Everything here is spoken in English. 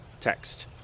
text